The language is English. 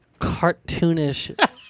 cartoonish